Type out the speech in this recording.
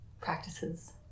Practices